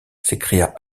s’écria